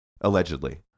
Allegedly